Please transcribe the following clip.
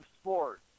Sports